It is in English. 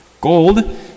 Gold